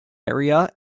area